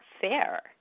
fair